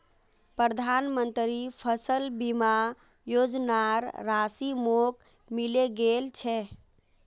प्रधानमंत्री फसल बीमा योजनार राशि मोक मिले गेल छै